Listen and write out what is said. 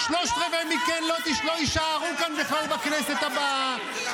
שלושת רבעי מכם לא יישארו כאן בכלל בכנסת הבאה.